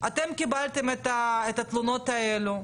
היא זאת שתקבע כללים אחידים ותפעיל את הצוותים שלה במשרד.